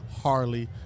Harley